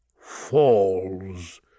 falls